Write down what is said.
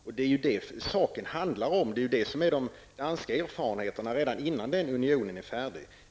Och det är detta som saken handlar om, och det är det som är de danska erfarenheterna redan innan den unionen är färdig.